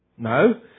No